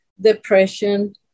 depression